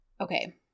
okay